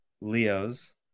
Leo's